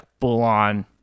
full-on